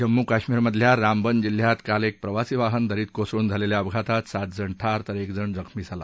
जम्मू कश्मीरमधल्या रामबन जिल्ह्यात काल एक प्रवासी वाहन दरीत कोसळून झालेल्या अपघातात सातजण ठार तर एकजण जखमी झाला